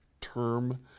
term